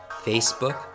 Facebook